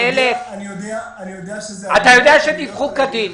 על 1,000. אתה יודע שדיווחו כדין,